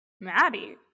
maddie